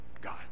God